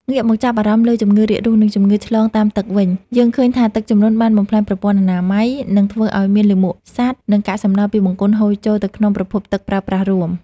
ងាកមកចាប់អារម្មណ៍លើជំងឺរាករូស និងជំងឺឆ្លងតាមទឹកវិញ យើងឃើញថាទឹកជំនន់បានបំផ្លាញប្រព័ន្ធអនាម័យ និងធ្វើឱ្យលាមកសត្វ ឬកាកសំណល់ពីបង្គន់ហូរចូលទៅក្នុងប្រភពទឹកប្រើប្រាស់រួម។